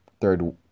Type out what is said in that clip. third